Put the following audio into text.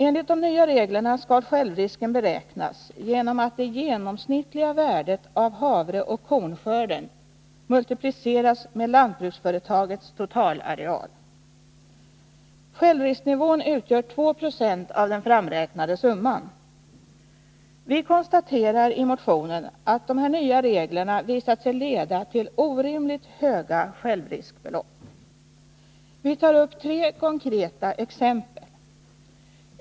Enligt de nya reglerna skall självrisken beräknas genom att det genomsnittliga värdet av havreoch kornskörden multipliceras med lantbruksföretagets totalareal. Självrisknivån utgör 2 20 av den framräknade summan. Vi konstaterar i motionen att dessa nya regler visat sig leda till orimligt höga självriskbelopp. Vi tar upp tre konkreta exempel.